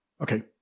okay